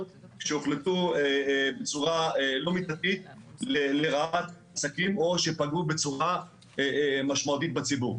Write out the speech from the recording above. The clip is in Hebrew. שהוחלטו בצורה לא מידתית לרעת עסקים או שפגעו בצורה משמעותית בציבור.